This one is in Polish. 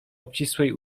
obcisłej